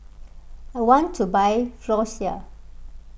I want to buy Floxia